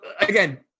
again